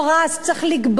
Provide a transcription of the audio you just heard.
צריך לגבות מהם,